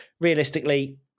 realistically